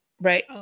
right